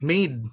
Made